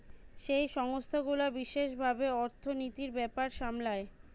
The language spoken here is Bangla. যেই সংস্থা গুলা বিশেষ ভাবে অর্থনীতির ব্যাপার সামলায়